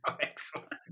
Excellent